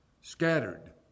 scattered